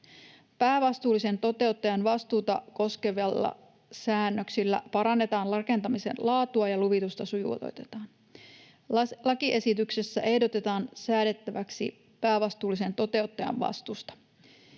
Päävastuullisen toteuttajan vastuuta koskevilla säännöksillä parannetaan rakentamisen laatua ja luvitusta sujuvoitetaan. Lakiesityksessä ehdotetaan säädettäväksi päävastuullisen toteuttajan vastuusta.